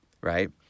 Right